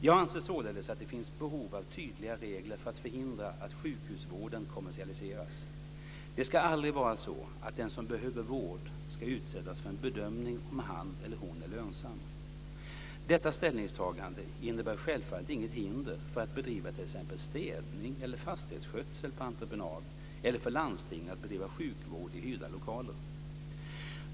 Jag anser således att det finns behov av tydliga regler för att förhindra att sjukhusvården kommersialiseras. Det ska aldrig vara så att den som behöver vård ska utsättas för en bedömning när det gäller om han eller hon är lönsam. Detta ställningstagande innebär självfallet inget hinder för att bedriva t.ex. städning eller fastighetsskötsel på entreprenad eller för landstingen att bedriva sjukvård i hyrda lokaler.